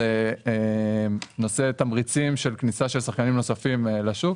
זה נושא תמריצים של כניסה של שחקנים נוספים לשוק.